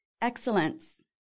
excellence